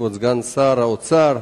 כבוד סגן שר האוצר,